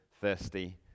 thirsty